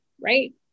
right